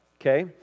okay